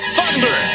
Thunder